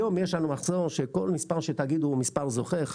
היום יש לנו מחסור שכל מספר שתגיד הוא מספר זוכה,